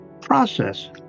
process